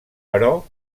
però